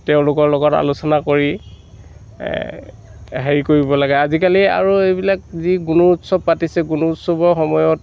তেওঁলোকৰ লগত আলোচনা কৰি হেৰি কৰিব লাগে আজিকালি আৰু এইবিলাক যি গুণোৎসৱ পাতিছে গুণোৎসৱৰ সময়ত